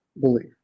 believe